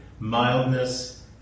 mildness